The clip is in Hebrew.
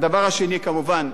הדבר השני, כמובן,